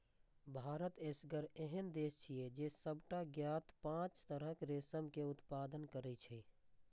भारत एसगर एहन देश छियै, जे सबटा ज्ञात पांच तरहक रेशम के उत्पादन करै छै